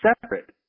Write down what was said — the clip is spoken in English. separate